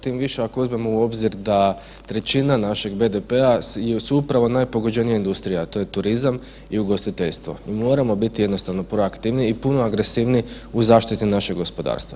Tim više, ako uzmemo u obzir da trećina našeg BDP-a su upravo najpogođenija industrija, a to je turizam i ugostiteljstvo i moramo biti jednostavno proaktivniji i puno agresivniji u zaštiti našeg gospodarstva.